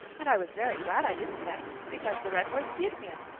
and i was very glad i didn't bet, because the red horse did win,